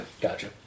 gotcha